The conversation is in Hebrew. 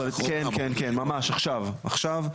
כן כן ממש עכשיו עכשיו,